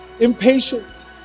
impatient